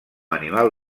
animal